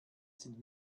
sind